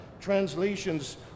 translations